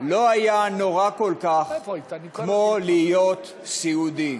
לא היה נורא כמו להיות סיעודי.